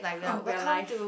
oh we're live